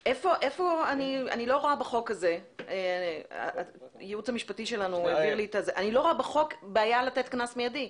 אני לא רואה בחוק בעיה לתת קנס מיידי.